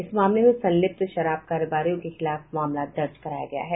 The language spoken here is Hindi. इस मामले में संलिप्त शराब कारोबारियों के खिलाफ मामला दर्ज कराया गया है